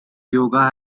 yoga